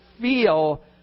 feel